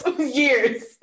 years